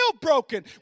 broken